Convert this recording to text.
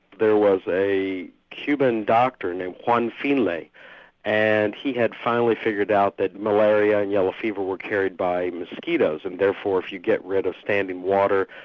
there was a cuban doctor named juan finlay and he had finally figured out that malaria and yellow fever were carried by mosquitoes, and therefore if you get rid of standing water,